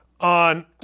on